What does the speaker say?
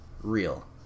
real